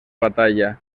batalla